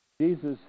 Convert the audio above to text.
Jesus